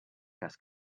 cas